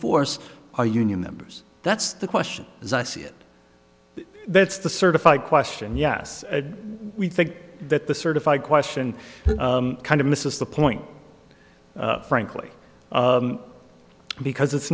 force are union members that's the question as i see it that's the certified question yes we think that the certified question kind of misses the point frankly because it's